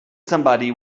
somebody